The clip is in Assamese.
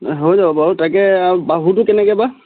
হৈ যাব বাৰু তাকে বাহুটো কেনেকে বা